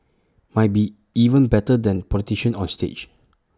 might be even better than politicians on stage